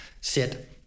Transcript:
sit